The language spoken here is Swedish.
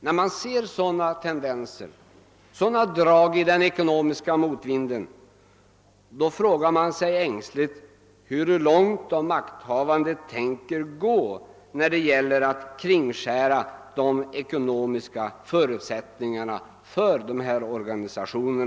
När man ser sådana drag i den ekonomiska motvinden frågar man sig ängsligt, hur långt de makthavande tänker gå när det gäller att kringskära de ekonomiska förutsättningarna för dessa organisationer.